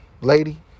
lady